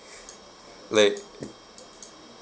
like